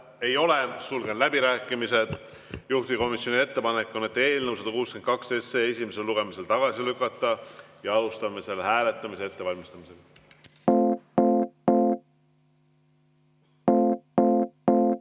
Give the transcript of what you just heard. ei ole. Sulgen läbirääkimised. Juhtivkomisjoni ettepanek on eelnõu 162 esimesel lugemisel tagasi lükata. Alustame selle hääletamise ettevalmistamist. Head